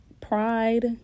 pride